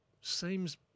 seems